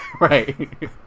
Right